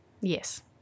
yes